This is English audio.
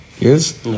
Yes